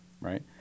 right